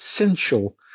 essential